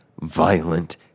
violent